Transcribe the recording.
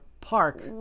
park